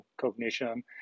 cognition